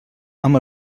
amb